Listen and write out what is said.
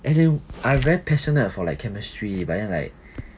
as in I'm very passionate for like chemistry but then like